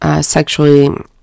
sexually